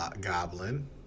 Goblin